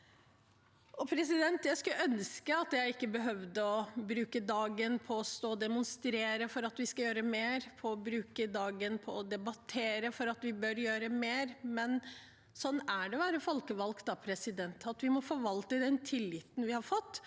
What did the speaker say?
ble sagt. Jeg skulle ønske at jeg ikke behøvde å bruke dagen på å stå og demonstrere for at vi skal gjøre mer, å bruke dagen på å debattere for at vi bør gjøre mer, men sånn er det å være folkevalgt; vi må forvalte den tilliten vi har fått,